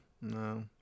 no